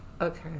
okay